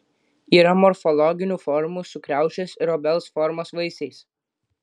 yra morfologinių formų su kriaušės ir obels formos vaisiais